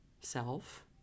self